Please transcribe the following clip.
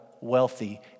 wealthy